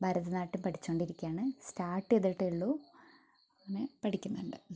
ഭരതനാട്യം പഠിച്ചുകൊണ്ടിരിക്കുകയാണ് സ്റ്റാർട്ട് ചെയ്തിട്ടേ ഉള്ളു അങ്ങനെ പഠിക്കുന്നുണ്ട്